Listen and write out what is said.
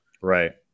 Right